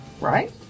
right